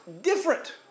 different